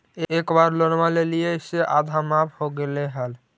एक बार लोनवा लेलियै से आधा माफ हो गेले हल?